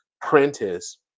Prentice